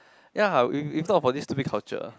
ya if if not for this stupid culture